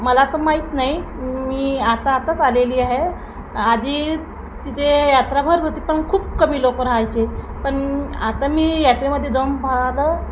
मला तर माहिती नाही मी आता आताच आलेली आहे आधी तिथे यात्रा भरत होती पण खूप कमी लोकं राहायचे पण आता मी यात्रेमध्येे जाऊन पाहिलं